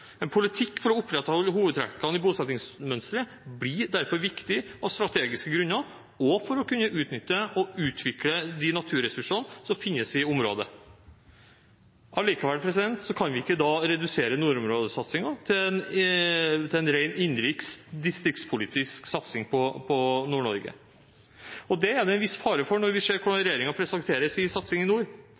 En politikk for å opprettholde hovedtrekkene i bosettingsmønsteret blir derfor viktig av strategiske grunner og for å kunne utnytte og utvikle de naturressursene som finnes i området. Likevel kan vi ikke redusere nordområdesatsingen til en ren innenriks/distriktspolitisk satsing på Nord-Norge. Det er det en viss fare for når vi ser hvordan regjeringen presenterer sin satsing i nord.